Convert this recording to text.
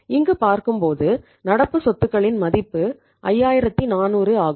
இங்கு பார்க்கும்போது நடப்பு சொத்துக்களின் மதிப்பு 5400 ஆகும்